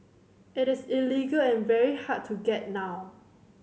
it is illegal and very hard to get now